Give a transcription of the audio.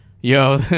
Yo